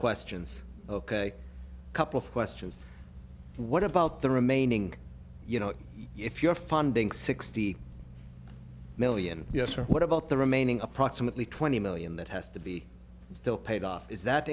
questions ok couple of questions what about the remaining you know if you're funding sixty million yes or what about the remaining approximately twenty million that has to be still paid off is that